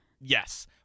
Yes